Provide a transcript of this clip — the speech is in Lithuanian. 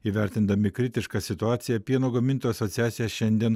įvertindami kritišką situaciją pieno gamintojų asociacija šiandien